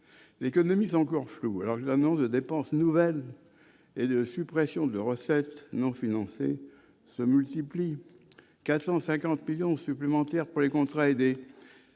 économise encore flou, alors l'annonce de dépenses nouvelles et la suppression de recettes non financées, se multiplient 450 millions supplémentaires pour les contrats aidés